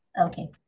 Okay